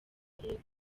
byabaye